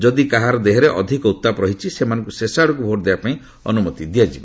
ଯଦି କାହାର ଦେହରେ ଅଧିକ ଉତ୍ତାପ ରହିଛି ସେମାନଙ୍କୁ ଶେଷ ଆଡ଼କୁ ଭୋଟ୍ ଦେବାପାଇଁ ଅନୁମତି ଦିଆଯିବ